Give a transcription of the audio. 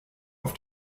auf